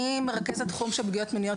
אני מרכזת תחום של פגיעות מיניות,